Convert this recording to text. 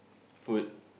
food